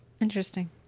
Interesting